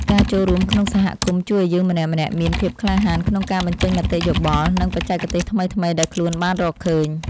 ការចូលរួមក្នុងសហគមន៍ជួយឱ្យយើងម្នាក់ៗមានភាពក្លាហានក្នុងការបញ្ចេញមតិយោបល់ និង បច្ចេកទេសថ្មីៗដែលខ្លួនបានរកឃើញ។